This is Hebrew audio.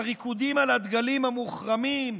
הריקודים על הדגלים המוחרמים,